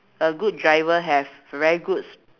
a good driver have very good